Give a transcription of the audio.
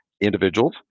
individuals